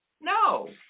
No